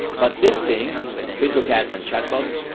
but these things facebook ads and chat bots,